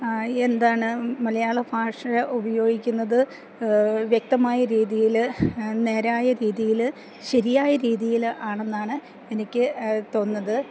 എന്താണ് മലയാള ഭാഷ ഉപയോഗിക്കുന്നത് വ്യക്തമായ രീതിയില് നേരായ രീതിയില് ശെരിയായ രീതിയില് ആണെന്നാണ് എനിക്ക് തോന്നുന്നത്